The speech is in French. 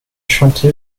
chanté